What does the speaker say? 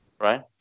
right